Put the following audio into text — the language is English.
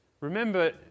Remember